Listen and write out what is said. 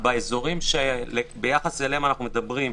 באזורים שביחס אליהם אנו מדברים,